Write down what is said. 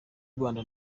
rwanda